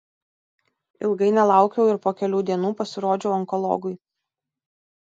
ilgai nelaukiau ir po kelių dienų pasirodžiau onkologui